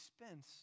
expense